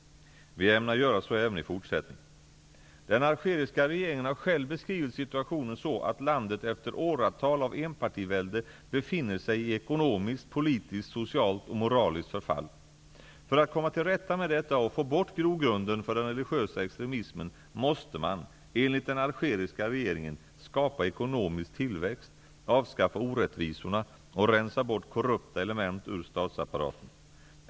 Vi ämnar göra så även i fortsättningen. Den algeriska regeringen har själv beskrivit situationen så att landet efter åratal av enpartivälde befinner sig i ekonomiskt, politiskt, socialt och moraliskt förfall. För att komma till rätta med detta och få bort grogrunden för den religiösa extremismen, måste man, enligt den algeriska regeringen, skapa ekonomisk tillväxt, avskaffa orättvisorna och rensa bort korrupta element ur statsapparaten.